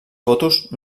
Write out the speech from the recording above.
fotos